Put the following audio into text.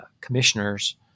commissioners